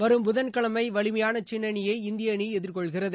வரும் புதன்கிழமை வலிமையான சீன அணியை இந்திய அணி எதிர்கொள்கிறது